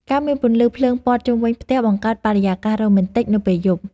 ការមានពន្លឺភ្លើងព័ទ្ធជុំវិញផ្ទះបង្កើតបរិយាកាសរ៉ូមែនទិកនៅពេលយប់។